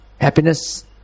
happiness